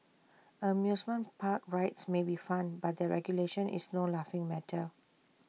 amusement park rides may be fun but their regulation is no laughing matter